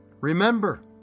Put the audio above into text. Remember